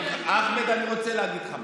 אחמד, אני רוצה להגיד לך משהו: